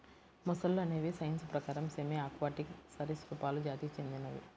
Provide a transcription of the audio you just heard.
మొసళ్ళు అనేవి సైన్స్ ప్రకారం సెమీ ఆక్వాటిక్ సరీసృపాలు జాతికి చెందినవి